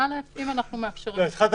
שאם אנחנו מאפשרים -- התחלת